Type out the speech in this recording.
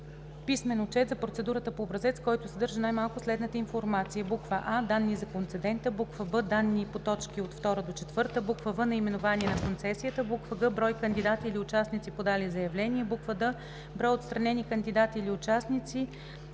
писмен отчет за процедурата по образец, който съдържа най-малко следната информация: а) данни за концедента; б) данни по т. 2 – 4; в) наименование на концесията; г) брой кандидати или участници, подали заявление; д) брой отстранени кандидати или участници;